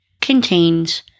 contains